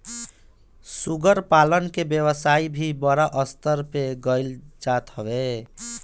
सूअर पालन के व्यवसाय भी बड़ स्तर पे कईल जात हवे